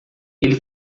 ele